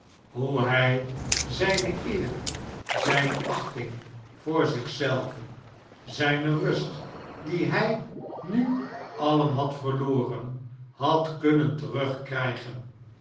hoe hij zijne eer zijne achting voor zich zelven zijne rust die hij nu alien had verloren had kunnen terugkrijgen